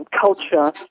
culture